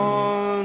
on